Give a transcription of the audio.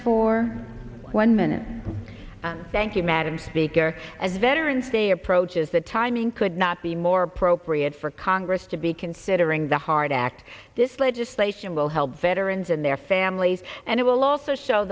for one minute thank you madam speaker as veterans day approaches the timing could not be more appropriate for congress to be considering the hard act this legislation will help veterans and their families and it will also show